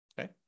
Okay